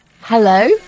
Hello